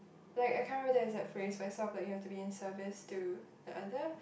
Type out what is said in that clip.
like I can't remember the exact phrase but it's sort of like you have to be in service to the other